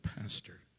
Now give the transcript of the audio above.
pastor